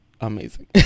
amazing